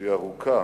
שהיא ארוכה,